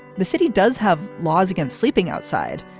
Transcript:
the city does have laws against sleeping outside,